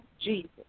Jesus